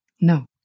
No